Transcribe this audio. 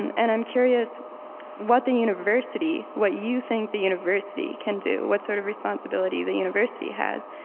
and i'm curious what the university, what you think the university can do? what sort of responsibility the university has